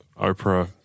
Oprah